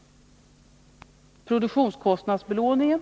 Tillsammans har produktionskostnadsbelåningen,